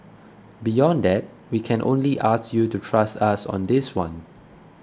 beyond that we can only ask you to trust us on this one